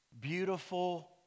Beautiful